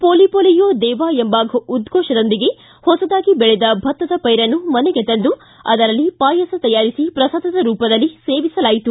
ಪೊಲಿ ಪೊಲಿಯೇ ದೇವಾ ಎಂಬ ಉದ್ಗೋಷದೊಂದಿಗೆ ಹೊಸದಾಗಿ ಬೆಳೆದ ಭತ್ತದ ಪೈರನ್ನು ಮನೆಗೆ ತಂದು ಅದರಲ್ಲಿ ಪಾಯಸ ತಯಾರಿಸಿ ಪ್ರಸಾದದ ರೂಪದಲ್ಲಿ ಸೇವಿಸಲಾಯಿತು